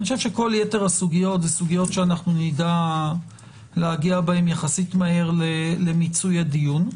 כל היתר הסוגיות - נדע להגיע בהן יחסית מהר למיצוי הדיון.